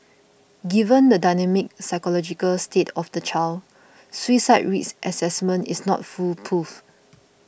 given the dynamic psychological state of the child suicide risk assessment is not foolproof